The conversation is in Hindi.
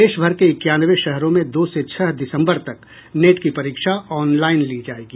देश भर के इक्यानवे शहरों में दो से छह दिसंबर तक नेट की परीक्षा ऑनलाइन ली जाएगी